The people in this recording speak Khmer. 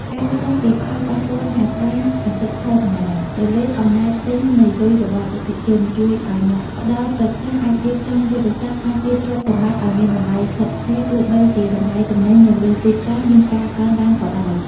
ការយល់ដឹងពីផលប៉ះពាល់នៃអត្រាអតិផរណាទៅលើអំណាចទិញនៃលុយរបស់អតិថិជន ជួយឱ្យអ្នកផ្ដល់ប្រឹក្សាអាចរៀបចំយុទ្ធសាស្ត្រការពារទ្រព្យសម្បត្តិឱ្យមានតម្លៃស្ថិតស្ថេរ ទោះបីជាតម្លៃទំនិញនៅលើទីផ្សារមានការកើនឡើងក៏ដោយ។